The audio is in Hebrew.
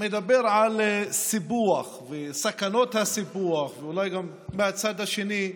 מדבר על סיפוח וסכנות הסיפוח, ואולי גם מהצד השני,